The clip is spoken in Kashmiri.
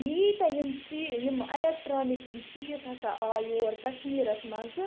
ییٖتیٛاہ یِم چیٖز یِم ایٚلیکٹرانِک یِم چیٖز ہَسا آے یور کَشمیٖرَس منٛز